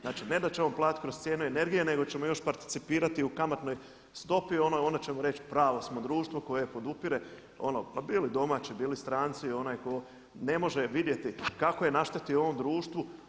Znači ne da ćemo platiti kroz cijenu energije nego ćemo još participirati u kamatnoj stopi onda ćemo reći pravo smo društvo koje podupire, ma bili domaći, bili stranci i onaj koji ne može vidjeti kako je naštetio ovom društvu.